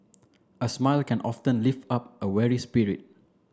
a smile can often lift up a weary spirit